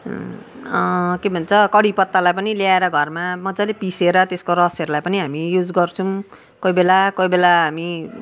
के भन्छ कडी पत्तालाई पनि ल्याएर घरमा मजाले पिसेर त्यसको रसहरूलाई पनि हामी युज गर्छुौँ कोही बेला कोही बेला हामी